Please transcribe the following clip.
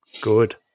good